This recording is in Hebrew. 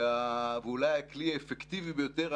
ואולי הכלי האפקטיבי ביותר.